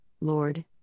Lord